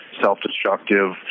self-destructive